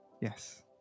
yes